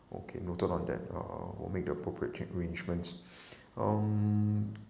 okay noted on that uh will make the appropriate cha~ arrangements um